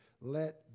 let